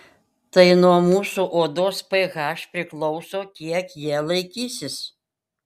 tai nuo mūsų odos ph priklauso kiek jie laikysis